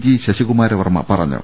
G Sasi Kumara Varma പറഞ്ഞു